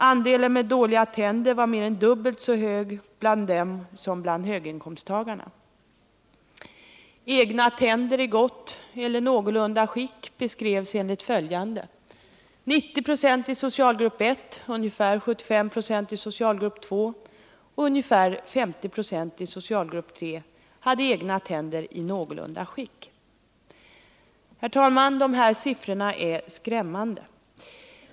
Andelen med dåliga tänder var mer än dubbelt så hög bland dem som bland höginkomsttagarna. Egna tänder i gott eller någorlunda skick beskrevs enligt följande: 90 96 i socialgrupp 1, ungefär 75 9 i socialgrupp 2 och ungefär 50 9 i socialgrupp 3 hade egna tänder i någorlunda skick. Herr talman! De här siffrorna är skrämmande.